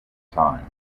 time